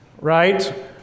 Right